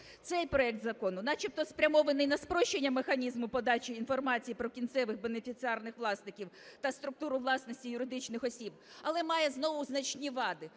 Цей проект закону начебто спрямований на спрощення механізму подачі інформації про кінцевих бенефіціарних власників та структуру власності юридичних осіб, але має знову значні вади.